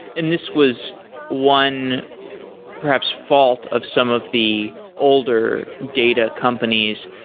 and this was one perhaps fault of some of the older data companies,